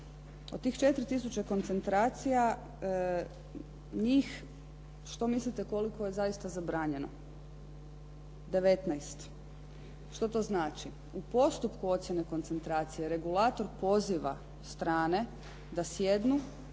Od tih 4 tisuće koncentracija njih što mislite koliko je zaista zabranjeno? 19. Što to znači? U postupku ocjene koncentracije, regulator poziva strane da sjednu,